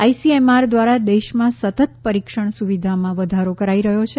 ICMR દ્વારા દેશમાં સતત પરિક્ષણ સુવિધામાં વધારો કરાઈ રહ્યો છે